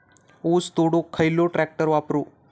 ऊस तोडुक खयलो ट्रॅक्टर वापरू?